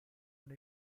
sono